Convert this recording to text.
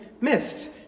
missed